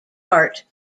part